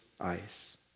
eyes